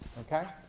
okay?